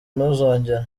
ntuzongere